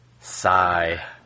Sigh